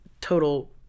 total